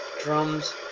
Drums